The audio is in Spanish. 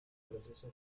proceso